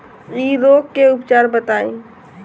इ रोग के उपचार बताई?